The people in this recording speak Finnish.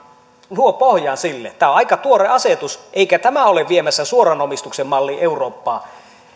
luo pohjaa sille tämä on aika tuore asetus eikä tämä ole viemässä suoran omistuksen mallia eurooppaan